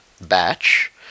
batch